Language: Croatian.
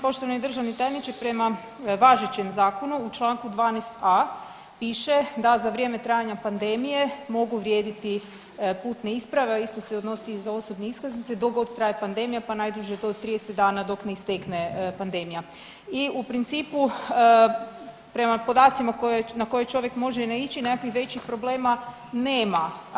Poštovani državni tajniče, prema važećem Zakonu u čl. 12.a. piše da za vrijeme trajanja pandemije mogu vrijediti putne isprave, a isto se odnosi i za osobne iskaznice dok god traje pandemija, pa najduže do 30 dana dok ne istekne pandemija i u principu prema podacima na koje čovjek može naići, nekakvih većih problema nema.